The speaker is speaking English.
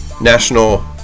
National